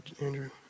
Andrew